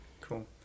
cool